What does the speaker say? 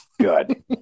Good